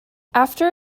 after